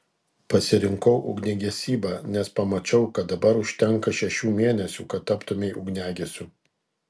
pasirinkau ugniagesybą nes pamačiau kad dabar užtenka šešių mėnesių kad taptumei ugniagesiu